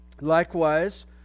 Likewise